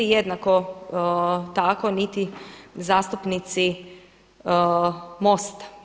Jednako tako niti zastupnici MOST-a.